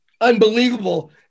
unbelievable